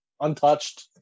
untouched